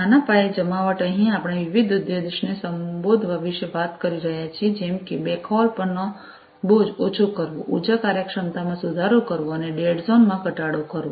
નાના પાયે જમાવટ અહીં આપણે વિવિધ ઉદ્દેશ્યોને સંબોધવા વિશે વાત કરી રહ્યા છીએ જેમ કે બેકહોલ પરનો બોજ ઓછો કરવો ઊર્જા કાર્યક્ષમતામાં સુધારો કરવો અને ડેડ ઝોન માં ઘટાડો કરવો